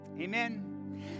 Amen